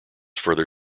further